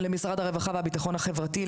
למשרד הרווחה והביטחון החברתי,